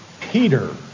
Peter